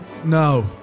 No